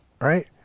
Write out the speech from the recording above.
right